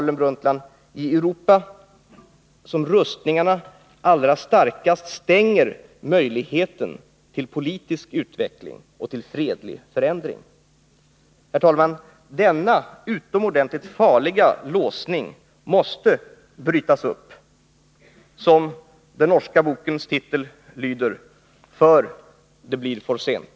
Det är i Europa som rustningarna allra starkast stänger möjligheten till politisk utveckling och fredlig förändring, säger Gro Harlem Brundtland. Herr talman! Denna utomordentligt farliga låsning måste brytas upp — som den norska bokens titel lyder — ”För det blir for sent”.